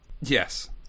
Yes